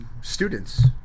students